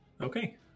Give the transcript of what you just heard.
Okay